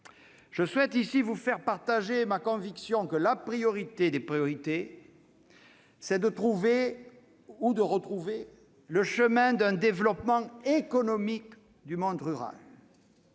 Je souhaite vous faire partager ma conviction que la priorité des priorités, c'est de trouver ou retrouver le chemin d'un développement économique du monde rural.